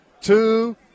Two